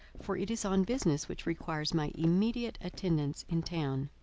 for it is on business which requires my immediate attendance in town.